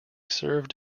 served